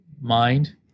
mind